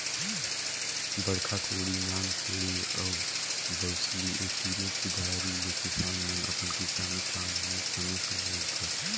बड़खा कोड़ी, नान कोड़ी अउ बउसली ए तीनो कुदारी ले किसान मन अपन किसानी काम मे समे समे उपर